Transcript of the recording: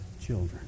children